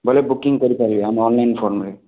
ବୋଲେ ବୁକିଙ୍ଗ୍ କରିପାରିବେ ଆମ ଅନଲାଇନ୍ ଫର୍ମରେ